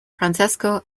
francesco